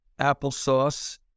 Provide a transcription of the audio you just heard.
applesauce